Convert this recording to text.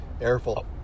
airflow